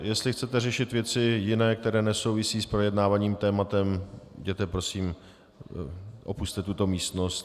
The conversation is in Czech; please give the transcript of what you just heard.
Jestli chcete řešit věci jiné, které nesouvisí s projednávaným tématem, opusťte tuto místnost!